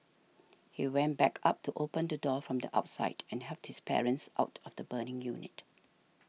he went back up to open the door from the outside and helped his parents out of the burning unit